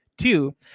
two